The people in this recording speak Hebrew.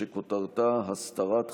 שכותרתה: הסתרת חשדות.